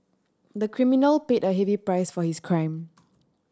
the criminal paid a heavy price for his crime